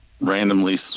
randomly